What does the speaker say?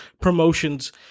promotions